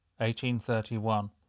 1831